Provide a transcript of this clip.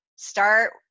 Start